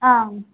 ஆ